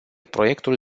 proiectul